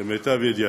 למיטב ידיעתי,